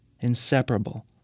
Inseparable